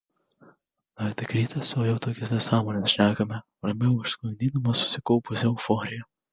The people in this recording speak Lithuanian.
dar tik rytas o jau tokias nesąmones šnekame prabilo išsklaidydamas susikaupusią euforiją